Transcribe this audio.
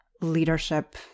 leadership